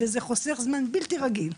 וזה חוסך זמן בלתי רגיל,